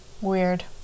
Weird